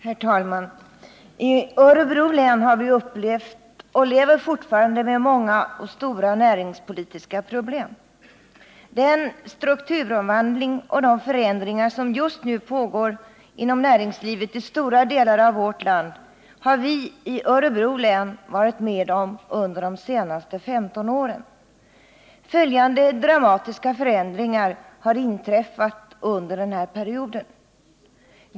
Herr talman! I Örebro län har vi upplevt och lever fortfarande med många och stora näringspolitiska problem. Den strukturomvandling och de förändringar som just nu pågår inom näringslivet ; stora delar av vårt land har vi i Örebro län varit med om under de senaste 15 åren. Följande dramatiska förändringar har inträffat under den här perioden.